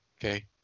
okay